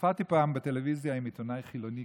הופעתי פעם בטלוויזיה עם עיתונאי חילוני